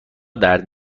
درد